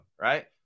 right